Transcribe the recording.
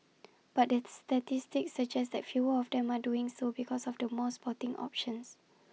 but it's the statistics suggest that fewer of them are doing so because of the more sporting options